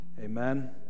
Amen